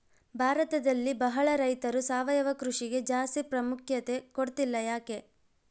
ಭಾರತದಲ್ಲಿ ಬಹಳ ರೈತರು ಸಾವಯವ ಕೃಷಿಗೆ ಜಾಸ್ತಿ ಪ್ರಾಮುಖ್ಯತೆ ಕೊಡ್ತಿಲ್ಲ ಯಾಕೆ?